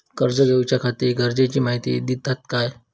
कर्ज घेऊच्याखाती गरजेची माहिती दितात काय?